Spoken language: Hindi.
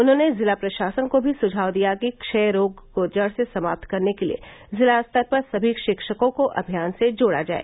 उन्होंने जिला प्रशासन को भी सुझाव दिया कि क्षय रोग को जड़ से समाप्त करने के लिए जिला स्तर पर सभी शिक्षकों को अभियान से जोड़ा जाए